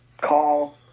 call